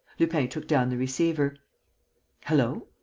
lupin took down the receiver hullo!